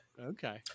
Okay